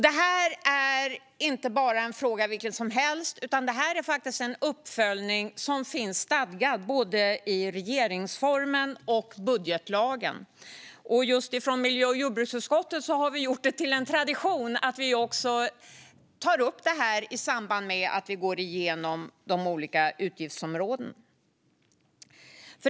Det här är inte bara en fråga vilken som helst, utan det är en uppföljning som finns stadgad både i regeringsformen och i budgetlagen. I miljö och jordbruksutskottet har vi gjort det till en tradition att ta upp detta i samband med att vi går igenom de olika utgiftsområdena.